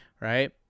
Right